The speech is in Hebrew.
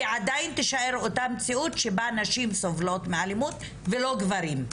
היא עדיין תישאר אותה מציאות שבה נשים סובלות מאלימות ולא גברים.